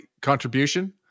contribution